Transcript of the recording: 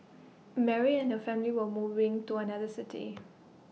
Mary and her family were moving to another city